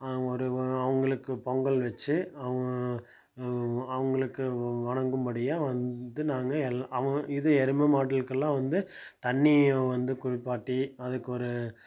அவங்களுக்கு பொங்கல் வெச்சு அவங்க அவங்களுக்கு வழங்கும் படியாக வந்து நாங்கள் எல் அவங் இது எருமை மாடுகளுக்கு எல்லாம் வந்து தண்ணியில் வந்து குளிப்பாட்டி அதுக்கு ஒரு